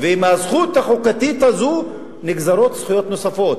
ומהזכות החוקתית הזו נגזרות זכויות נוספות,